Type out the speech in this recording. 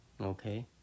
okay